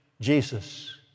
Jesus